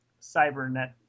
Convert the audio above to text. cybernet